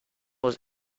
was